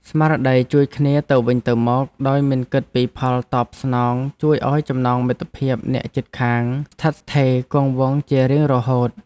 ស្មារតីជួយគ្នាទៅវិញទៅមកដោយមិនគិតពីផលតបស្នងជួយឱ្យចំណងមិត្តភាពអ្នកជិតខាងស្ថិតស្ថេរគង់វង្សជារៀងរហូត។